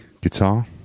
guitar